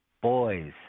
Boys